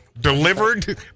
delivered